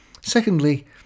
Secondly